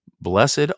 Blessed